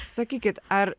sakykit ar